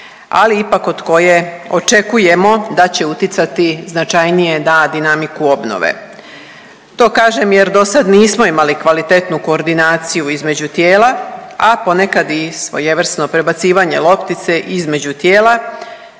ali ipak od koje očekujemo da će utjecati značajnije na dinamiku obnove. To kažem jer dosad nismo imali kvalitetnu koordinaciju između tijela, a ponekad i svojevrsno prebacivanje loptice između tijela